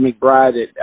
McBride